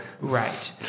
Right